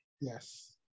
Yes